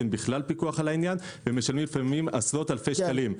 אין בכלל פיקוח על העניין ומשלמים לפעמים עשרות אלפי שקלים.